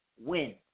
win